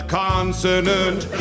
consonant